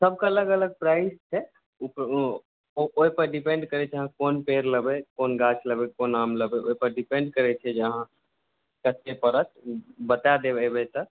सभके अलग अलग प्राइस छै ओहिपर डिपेण्ड करै छै अहाँ कोन पेड़ लेबै कोन गाछ लेबै कोन आम लेबै ओहिपर डिपेण्ड करै छै अहाँके कते पड़त बता देब अयबै तऽ